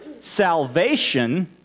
salvation